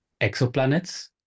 exoplanets